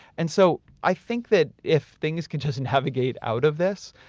and so, i think that if things can just and navigate out of this,